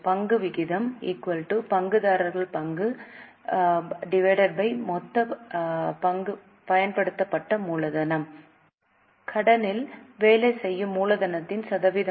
பங்கு விகிதம் பங்குதாரர்கள் பங்கு மொத்த பயன்படுத்தப்பட்ட மூலதனம் கடனில் வேலை செய்யும் மூலதனத்தின் சதவீதமாக கடன்